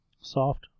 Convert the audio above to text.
soft